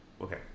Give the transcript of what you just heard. okay